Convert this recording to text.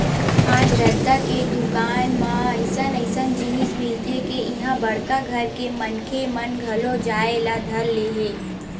आज रद्दा के दुकान म अइसन अइसन जिनिस मिलथे के इहां बड़का घर के मनखे मन घलो जाए ल धर ले हे